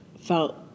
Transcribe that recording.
felt